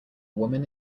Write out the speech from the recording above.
woman